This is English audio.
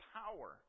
power